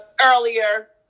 earlier